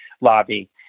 lobby